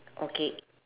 okay